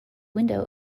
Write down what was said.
window